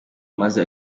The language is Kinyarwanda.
maze